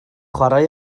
chwarae